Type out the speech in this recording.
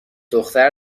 دختر